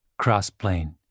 cross-plane